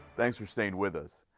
thanks for staying with us.